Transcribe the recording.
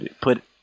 put